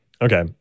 Okay